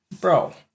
Bro